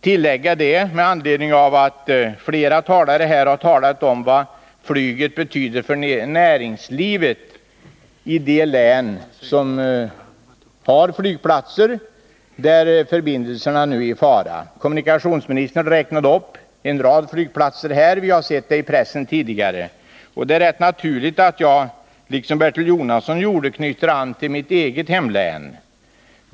Flera ledamöter har talat om vad flyget betyder för näringslivet i de län som nu har flygplatser och där dessa förbindelser är i fara. Kommunikationsministern räknade upp en rad av dessa flygplatser, och vi har tidigare läst om dem i pressen. Det är naturligt att jag i likhet med Bertil Jonasson knyter an till situationen i mitt eget hemlän.